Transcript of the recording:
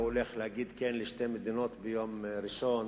הולך להגיד כן לשתי מדינות ביום ראשון,